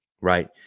right